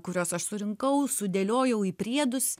kuriuos aš surinkau sudėliojau į priedus